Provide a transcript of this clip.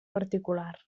particular